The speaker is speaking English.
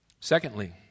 Secondly